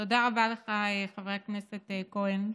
תודה רבה לך, חבר הכנסת כהן,